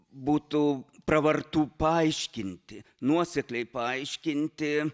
būtų pravartu paaiškinti nuosekliai paaiškinti